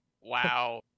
wow